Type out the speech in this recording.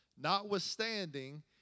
Notwithstanding